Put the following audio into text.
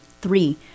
three